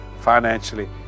financially